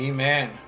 Amen